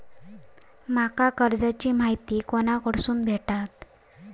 माका कर्जाची माहिती कोणाकडसून भेटात?